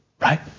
right